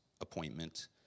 appointment